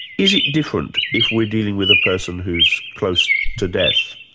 is it different if we're dealing with a person who's close to death?